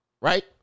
Right